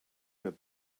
got